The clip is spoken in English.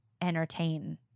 entertain